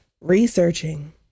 Researching